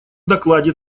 докладе